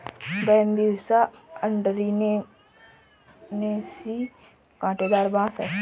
Bambusa अरंडिनेसी काँटेदार बाँस है